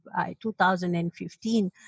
2015